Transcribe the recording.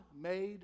made